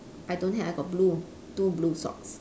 I don't have I got blue two blue socks